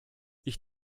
ich